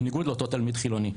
בניגוד לאותו תלמיד חילוני.